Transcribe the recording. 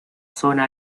zona